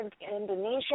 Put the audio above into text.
Indonesia